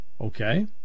Okay